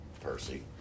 Percy